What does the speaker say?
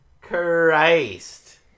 Christ